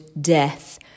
death